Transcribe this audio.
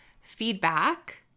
feedback